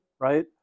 right